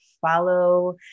follow